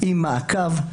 עם מעקב,